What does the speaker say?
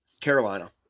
Carolina